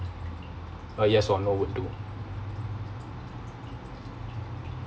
uh yes or no would do